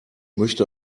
möchte